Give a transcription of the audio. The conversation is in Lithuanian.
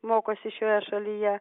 mokosi šioje šalyje